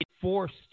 forced